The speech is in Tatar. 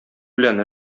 белән